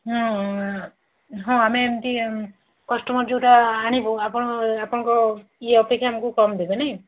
ହଁ ହଁ ଆମେ ଏମିତି କଷ୍ଟମର ଯୋଉଟା ଆଣିବୁ ଆପଣ ଆପଣଙ୍କ ଇଏ ଅପେକ୍ଷା ଆମକୁ କମ୍ ଦେବେ ନାଇଁ